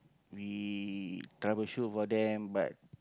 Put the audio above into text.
we troubleshoot for them but